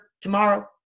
tomorrow